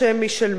ולכן,